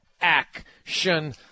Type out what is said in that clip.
Action